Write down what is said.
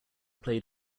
played